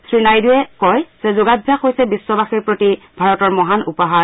শ্ৰী নাইডুৱে কয় যে যোগাভ্যাস হৈছে বিশ্ববসীৰ প্ৰতি ভাৰতৰ মহান উপহাৰ